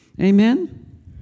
Amen